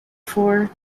for